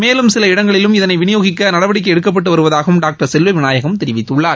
மேலும் சில இடங்களிலும் இதனை விநியோகிக்க நடவடிக்கை எடுக்கப்பட்டு வருவதாகவும் டாக்டர் செல்வ விநாயகம் தெரிவித்துள்ளார்